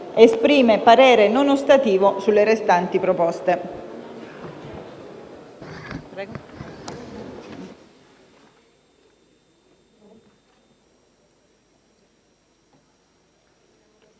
Esprime parere non ostativo sulle restanti proposte».